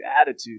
attitude